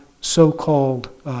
so-called